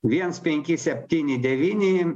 viens penki septyni devyni